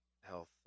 health